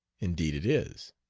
indeed it is.